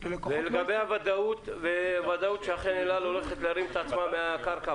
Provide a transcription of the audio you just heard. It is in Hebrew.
ולגבי הוודאות שאכן אל על הולכת את עצמה מהקרקע,